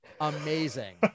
Amazing